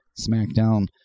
Smackdown